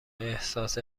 احساس